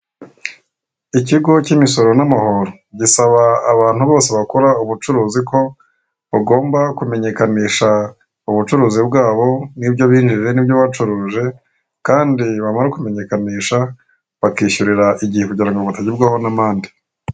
Ikigo cy'imisoro n'amahoro gisaba abantu bose bakora ubucuruzi ko bagomba kumenyekanisha ubucuruzi bwabo n'ibyo binjije n'ibyo bacuruje kandi bamara kumenyekanisha bakishyurira igihe kugirango batagerwaho n'amande